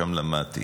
שם למדתי.